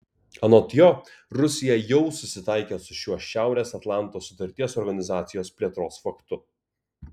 anot jo rusija jau susitaikė su šiuo šiaurės atlanto sutarties organizacijos plėtros faktu